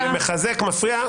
מחזק, מפריע.